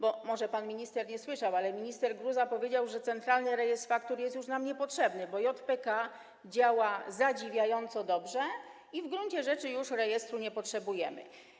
Bo może pan minister nie słyszał, ale minister Gruza powiedział, że Centralny Rejestr Faktur jest już nam niepotrzebny, bo JPK działa zadziwiająco dobrze i w gruncie rzeczy już rejestru nie potrzebujemy.